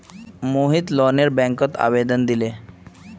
मोहित लोनेर बैंकत आवेदन दिले